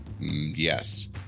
Yes